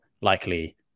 likely